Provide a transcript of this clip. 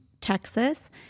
Texas